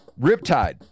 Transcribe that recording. Riptide